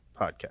podcast